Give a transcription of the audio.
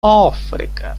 африка